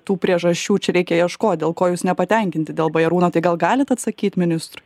tų priežasčių čia reikia ieškot dėl ko jūs nepatenkinti dėl bajarūno tai gal galit atsakyt ministrui